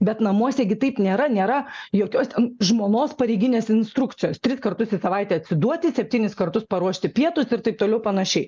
bet namuose gi taip nėra nėra jokios žmonos pareiginės instrukcijos tris kartus į savaitę atsiduoti septynis kartus paruošti pietus ir taip toliau panašiai